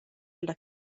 ella